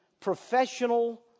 professional